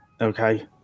Okay